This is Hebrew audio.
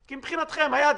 כי מבחינתכם היה דיון,